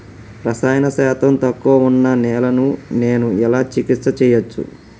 రసాయన శాతం తక్కువ ఉన్న నేలను నేను ఎలా చికిత్స చేయచ్చు?